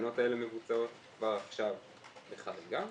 התקנות האלה מבוצעות כבר עכשיו בחריגה,